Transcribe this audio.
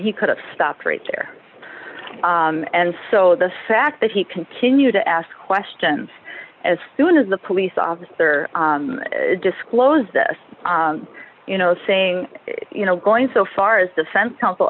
he could have stopped right there and so the fact that he continued to ask questions as soon as the police officer disclosed this you know saying you know going so far as defense counsel